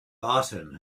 barton